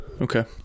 okay